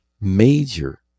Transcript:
major